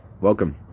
welcome